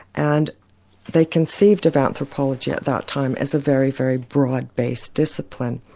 and they conceived of anthropology at that time as a very, very broad-based discipline.